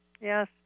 Yes